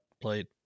played